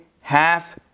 half